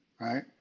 right